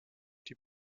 die